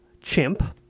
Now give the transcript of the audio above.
chimp